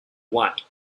white